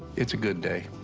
it's a good day.